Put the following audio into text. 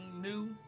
new